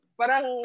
parang